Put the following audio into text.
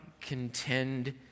contend